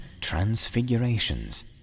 Transfigurations